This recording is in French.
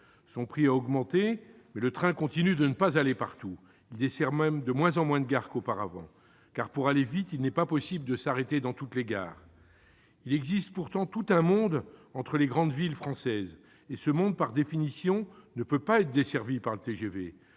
Son prix a augmenté, mais le train continue de ne pas aller partout : il dessert même de moins en moins de lieux, car, pour aller vite, il n'est pas possible de s'arrêter dans toutes les gares. Il existe pourtant tout un monde entre les grandes villes françaises. Ce monde, par définition, ne peut pas être desservi par le TGV.